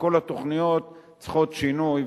כל התוכניות צריכות שינוי,